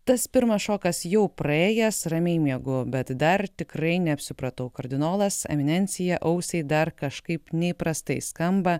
tas pirmas šokas jau praėjęs ramiai miegu bet dar tikrai neapsipratau kardinolas eminencija ausiai dar kažkaip neįprastai skamba